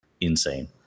insane